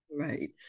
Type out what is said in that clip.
Right